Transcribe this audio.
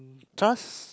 trust